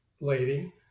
lady